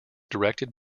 directed